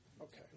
Okay